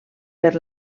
per